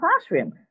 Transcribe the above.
classroom